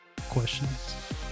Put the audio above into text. questions